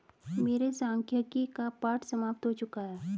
मेरे सांख्यिकी का पाठ समाप्त हो चुका है